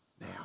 Now